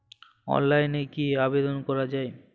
অনলাইনে কি আবেদন করা য়ায়?